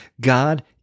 God